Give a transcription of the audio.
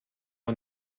and